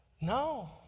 No